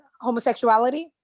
homosexuality